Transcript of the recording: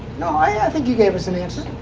no, i yeah think you gave us an answer.